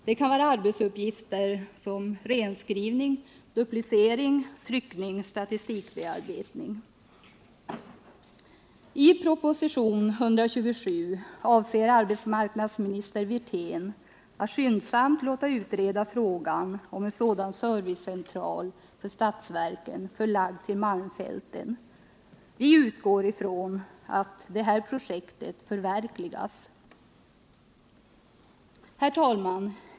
Det kan vara arbetsuppgifter som renskrivning, duplicering, tryckning och statistikbearbetning. I propositionen 127 framhåller arbetsmarknadsminister Wirtén att han avser att skyndsamt låta utreda frågan om en sådan servicecentral för statsverken, förlagd till malmfälten. Vi utgår från att detta projekt förverkligas. Herr talman!